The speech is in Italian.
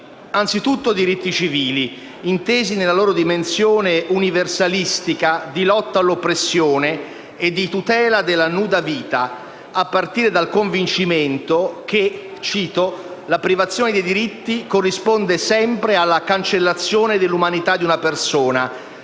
anzitutto diritti civili, intesi nella loro dimensione universalistica di lotta all'oppressione e di tutela della nuda vita, a partire dal convincimento che: «la privazione dei diritti corrisponde sempre alla cancellazione dell'umanità di una persona,